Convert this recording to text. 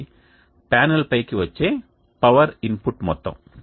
ఇది ప్యానెల్పైకి వచ్చే పవర్ ఇన్పుట్ మొత్తం